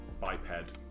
biped